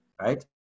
right